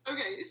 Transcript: Okay